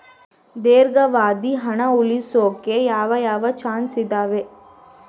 ದೇರ್ಘಾವಧಿ ಹಣ ಉಳಿಸೋಕೆ ಯಾವ ಯಾವ ಚಾಯ್ಸ್ ಇದಾವ?